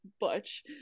butch